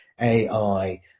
AI